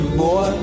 boy